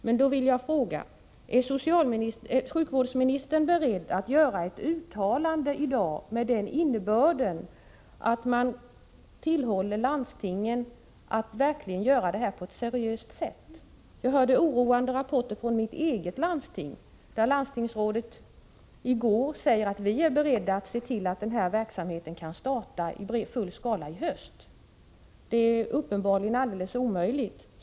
Jag vill fråga: Är sjukvårdsministern beredd att göra ett uttalande i dag med innebörden att man tillhåller landstingen att verkligen göra detta på ett seriöst sätt? Jag hörde oroande rapporter, från mitt eget landsting, där landstingsrådet i går sagt: Vi är beredda att se till att verksamheten kan starta i full skala i höst. Det är uppenbarligen alldeles omöjligt.